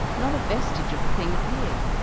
not a vestige of the thing appeared.